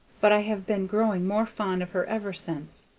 but i have been growing more fond of her ever since.